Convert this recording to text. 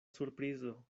surprizo